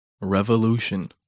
Revolution